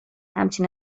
همچین